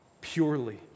purely